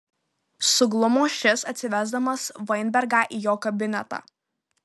suglumo šis atsivesdamas vainbergą į jo kabinetą